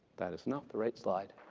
that is not the right slide.